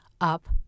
up